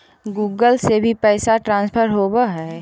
Google से भी पैसा ट्रांसफर होवहै?